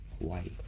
Hawaii